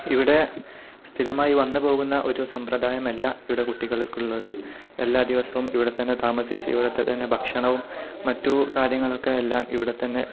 ഇവിടെ സ്ഥിരമായി വന്നുപോകുന്ന ഒരു സമ്പ്രദായമല്ല ഇവിടെ കുട്ടികൾക്കുള്ളത് എല്ലാ ദിവസവും ഇവിടെ തന്നെ താമസിച്ച് ഇവിടുത്തെ തന്നെ ഭക്ഷണവും മറ്റു കാര്യങ്ങളൊക്കെ എല്ലാം ഇവിടെ തന്നെ